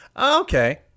Okay